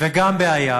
וגם בעיה